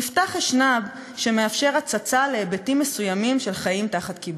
נפתח אשנב שמאפשר הצצה להיבטים מסוימים של החיים תחת כיבוש.